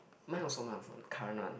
mine also mine also current one